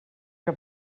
que